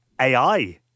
AI